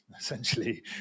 essentially